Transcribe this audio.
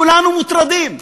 כולנו מוטרדים.